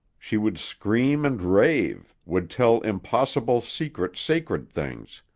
she would scream and rave, would tell impossible, secret, sacred things.